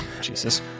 Jesus